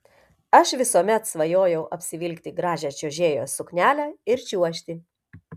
aš visuomet svajojau apsivilkti gražią čiuožėjos suknelę ir čiuožti